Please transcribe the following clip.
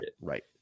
Right